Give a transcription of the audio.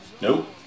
Nope